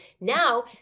now